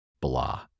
blah